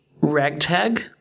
ragtag